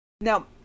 now